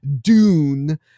Dune